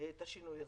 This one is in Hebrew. השינוי הזה.